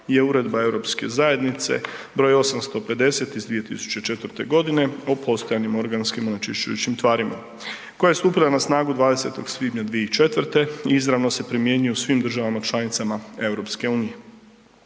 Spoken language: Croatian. je Uredba EU zajednice br. 850 iz 2004. g. o postojanim organskim onečišćujućim tvarima koja je stupila na snagu 20. svibnja 2005. i izravno se primjenjuje u svim državama članice EU. Navedenom